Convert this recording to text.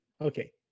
Okay